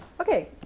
okay